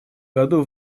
году